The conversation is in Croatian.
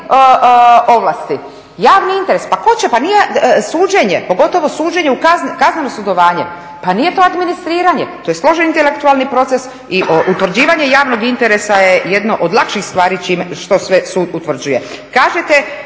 ovlasti. Javni interes, pa tko će, pa nije, suđenje, pogotovo suđenje, kazneno …, pa nije to administriranje, to je složen intelektualni proces i utvrđivanje javnog interesa je jedno od lakših stvari što sve sud utvrđuje. Kažete